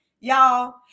Y'all